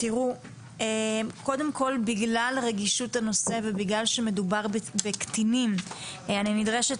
בגלל רגישות הנושא ומכיוון שמדובר בקטינים אני נדרשת